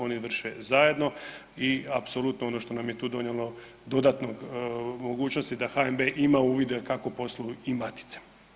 Oni vrše zajedno i apsolutno ono što nam je tu donijelo dodatne mogućnosti da HNB-e ima uvide kako posluju i matice.